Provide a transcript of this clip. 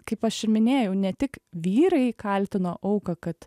kaip aš ir minėjau ne tik vyrai kaltino auką kad